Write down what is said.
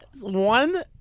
one